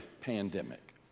pandemic